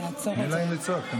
תני להם לצעוק.